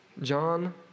John